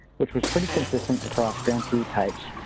which was pretty consistent across grantee types,